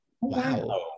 Wow